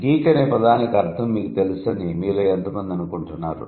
geek అనే పదానికి అర్థం మీకు తెలుసని మీలో ఎంతమంది అనుకుంటున్నారు